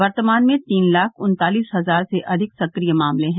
वर्तमान में तीन लाख उन्तालीस हजार से अधिक सक्रिय मामले हैं